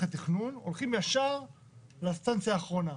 התכנון והולכים ישר לאינסטנציה האחרונה.